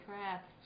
crap